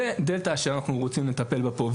זו דלתא שאנחנו רוצים לטפל בה פה.